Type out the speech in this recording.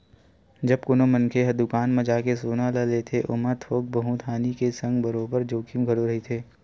जब कोनो मनखे ह दुकान म जाके सोना ल लेथे ओमा थोक बहुत हानि के संग बरोबर जोखिम घलो रहिथे